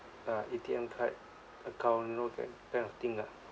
uh A_T_M card account you know that kind of thing ah